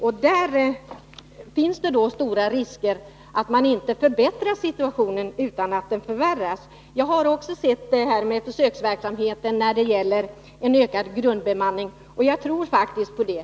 Det finns stora risker att man då inte förbättrar situationen utan förvärrar den. Jag har också sett att det förekommer försöksverksamhet med ökad grundbemanning, och jag tror faktiskt på den.